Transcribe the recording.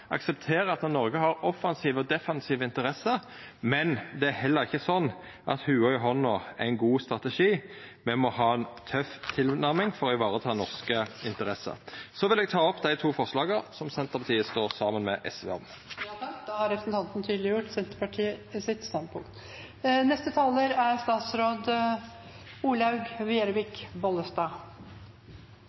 at Noreg har offensive og defensive interesser, men det er heller ikkje sånn at lua i handa er ein god strategi. Me må ha ei tøff tilnærming for å vareta norske interesser. Så vil eg ta opp dei to forslaga som Senterpartiet står saman med SV om. Representanten Geir Pollestad har tatt opp de forslagene han refererte til. Tollvernet er